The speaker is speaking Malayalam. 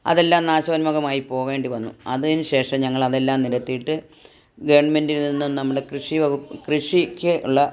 അതെല്ലാം നാശോന്മുഖമായി പോകേണ്ടി വന്നു അതിന് ശേഷം ഞങ്ങൾ അതെല്ലാം നിരത്തിയിട്ട് ഗവൺമെന്റിൽ നിന്നും നമ്മുടെ കൃഷിവകുപ്പ് കൃഷിക്ക് ഉള്ള